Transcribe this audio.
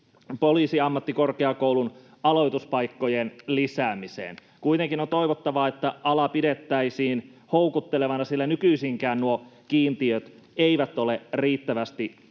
Poliisiammattikorkeakoulun aloituspaikkojen lisäämiseen. Kuitenkin on toivottavaa, että ala pidettäisiin houkuttelevana, sillä nykyisinkään nuo kiintiöt eivät ole riittävästi